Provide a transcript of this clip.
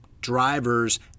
drivers